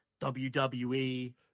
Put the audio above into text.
WWE